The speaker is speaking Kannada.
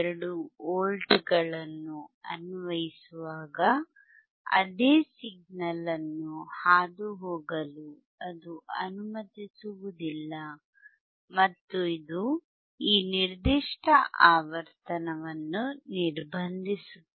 12 ವೋಲ್ಟ್ಗಳನ್ನು ಅನ್ವಯಿಸುವಾಗ ಅದೇ ಸಿಗ್ನಲ್ ಅನ್ನು ಹಾದುಹೋಗಲು ಅದು ಅನುಮತಿಸುವುದಿಲ್ಲ ಮತ್ತು ಇದು ಈ ನಿರ್ದಿಷ್ಟ ಆವರ್ತನವನ್ನು ನಿರ್ಬಂಧಿಸುತ್ತಿದೆ